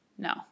No